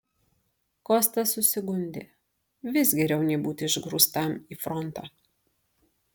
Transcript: kostas susigundė vis geriau nei būti išgrūstam į frontą